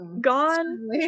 gone